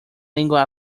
lengua